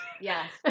yes